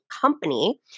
company